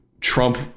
Trump